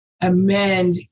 amend